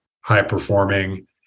high-performing